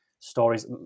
Stories